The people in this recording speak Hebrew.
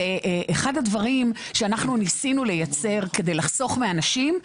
אחד הדברים שאנחנו ניסינו לייצר כדי לחסוך מאנשים,